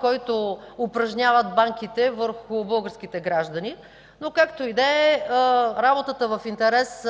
който упражняват банките върху българските граждани. Работата в интерес